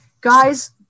Guys